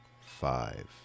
five